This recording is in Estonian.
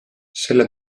selle